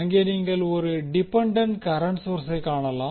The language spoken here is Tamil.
அங்கே நீங்கள் ஒரு டிபெண்டண்ட் கரண்ட் சோர்ஸை காணலாம்